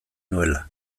nuela